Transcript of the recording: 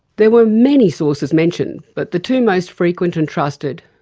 there were many sources mentioned, but the two most frequent and trusted,